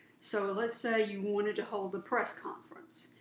so let's say you wanted to hold the press conference,